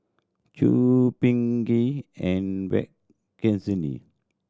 Choor Pingali and Verghese